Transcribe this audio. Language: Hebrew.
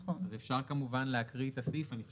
אפשר כמובן להקריא את הסעיף, אבל